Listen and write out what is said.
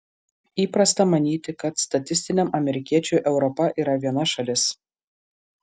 įprasta manyti kad statistiniam amerikiečiui europa yra viena šalis